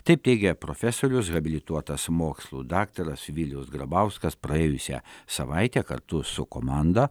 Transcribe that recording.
taip teigia profesorius habilituotas mokslų daktaras vilius grabauskas praėjusią savaitę kartu su komanda